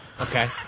okay